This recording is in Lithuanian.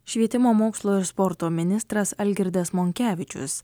švietimo mokslo ir sporto ministras algirdas monkevičius